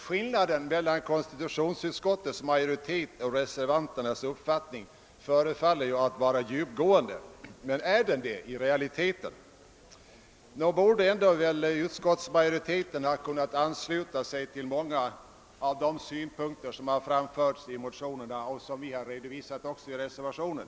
Skillnaden mellan utskottsmajoritetens och reservanternas uppfattning förefaller vara djupgående. är den det i realiteten? Nog borde utskottsmajoriteten ha kunnat ansluta sig till många av de synpunkter som framförts i motionerna och som vi redovisat i reservationen.